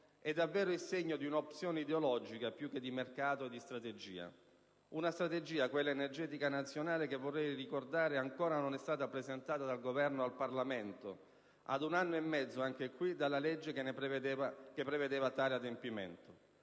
è davvero il segno di un'opzione ideologica più che di mercato e strategia. Una strategia, quella energetica nazionale, che, vorrei ricordare, ancora non è stata presentata dal Governo al Parlamento, anche qui ad un anno e mezzo dalla legge che prevedeva tale adempimento.